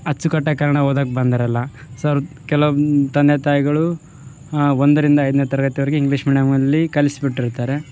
ಅಚ್ಚುಕಟ್ಟಾಗಿ ಕನ್ನಡ ಓದೊಕ್ ಬಂದಿರೊಲ್ಲ ಸೋ ಕೆಲವನ್ನು ತಂದೆ ತಾಯಿಗಳು ಆ ಒಂದರಿಂದ ಐದನೇ ತರಗತಿವರೆಗೆ ಇಂಗ್ಲಿಷ್ ಮೀಡಿಯಮ್ ಅಲ್ಲಿ ಕಲ್ಸಿ ಬಿಟ್ಟಿರ್ತಾರೆ